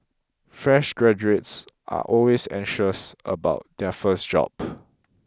fresh graduates are always anxious about their first job